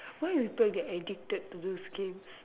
why people get addicted to those games